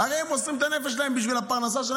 הרי הם מוסרים את הנפש שלהם בשביל הפרנסה שלהם,